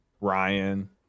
Ryan